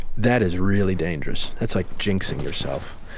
that is really dangerous. that's like jinxing yourself.